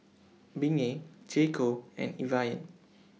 Bengay J Co and Evian